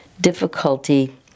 difficulty